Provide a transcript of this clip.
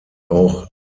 auch